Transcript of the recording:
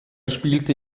spielte